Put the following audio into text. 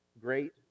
great